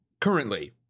Currently